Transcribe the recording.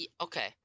Okay